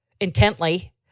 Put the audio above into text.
intently